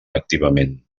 activament